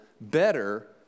better